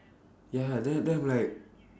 ya then then I'm like